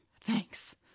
Thanks